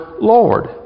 Lord